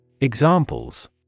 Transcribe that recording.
Examples